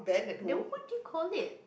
then what do you call it